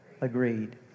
Agreed